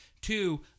two